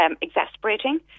exasperating